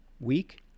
week